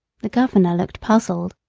the governor looked puzzled.